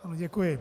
Děkuji.